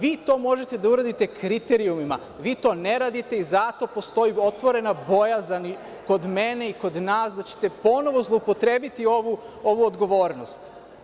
Vi to možete da uradite kriterijumima, vi to ne radite i zato postoji otvorena bojazan i kod mene i kod nas da ćete ponovo zloupotrebiti ovu odgovornost.